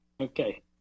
Okay